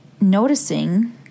noticing